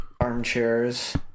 armchairs